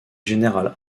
général